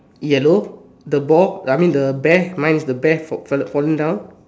yellow the ball I mean the bear mine is the bear fal~ falling down